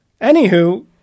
anywho